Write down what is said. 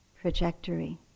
trajectory